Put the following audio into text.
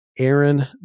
Aaron